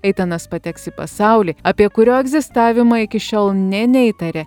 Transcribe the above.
eitanas pateks į pasaulį apie kurio egzistavimą iki šiol nė neįtarė